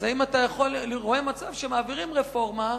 האם אתה רואה מצב שמעבירים רפורמה,